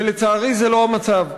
ולצערי זה לא המצב.